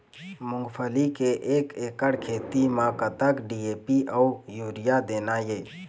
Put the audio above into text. मूंगफली के एक एकड़ खेती म कतक डी.ए.पी अउ यूरिया देना ये?